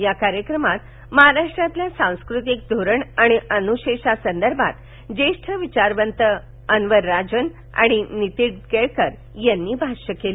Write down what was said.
या कार्यक्रमात महाराष्ट्रातल्या सांस्कृतिक धोरण आणि अन्शेषासंदर्भात ज्येष्ठ विचारवंत अन्वर राजन आणि नीतीन केळकर यांनी भाष्य केलं